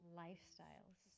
lifestyles